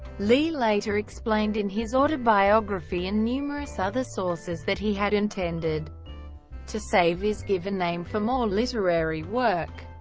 lee later explained in his autobiography and numerous other sources that he had intended to save his given name for more literary work.